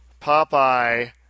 Popeye